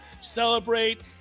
celebrate